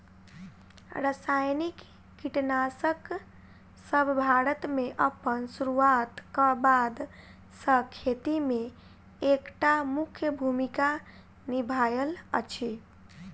रासायनिक कीटनासकसब भारत मे अप्पन सुरुआत क बाद सँ खेती मे एक टा मुख्य भूमिका निभायल अछि